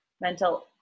mental